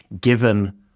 given